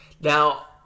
Now